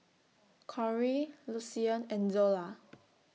Corie Lucian and Zola